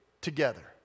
together